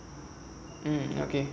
mmhmm okay